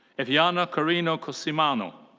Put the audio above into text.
eviana corina cusimano.